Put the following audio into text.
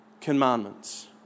commandments